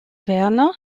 werner